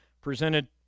presented